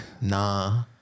Nah